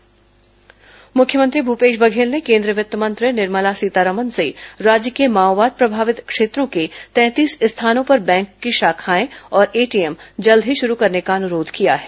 मुख्यमत्री निर्मला सीतारमन मुलाकात मुख्यमंत्री भूपेश बघेल ने केंद्रीय वित्त मंत्री निर्मला सीतारमन से राज्य के माओवाद प्रभावित क्षेत्रों के तैंतीस स्थानों पर बैंक की शाखाए और एटीएम जल्द ही शरू करने का अनुरोध किया है